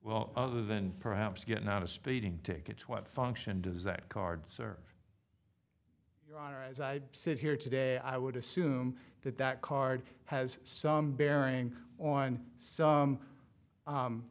well other than perhaps getting out of speeding tickets what function does that card serve as i sit here today i would assume that that card has some bearing on some